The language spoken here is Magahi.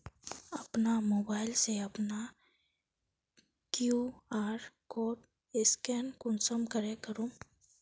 अपना मोबाईल से अपना कियु.आर कोड स्कैन कुंसम करे करूम?